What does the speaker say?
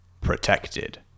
Protected